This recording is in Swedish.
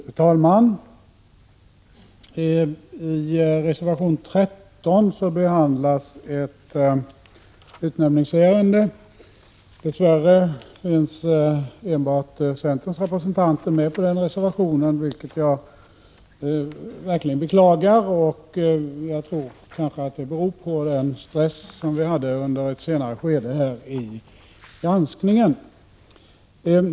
Fru talman! I reservation 13 behandlas ett utnämningsärende. Dess värre = ärenden finns enbart centerns representanter med på den reservationen, vilket jag verkligen beklagar. Det kanske beror på den press som vi hade under ett senare skede av granskningen.